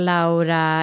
Laura